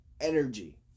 energy